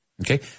Okay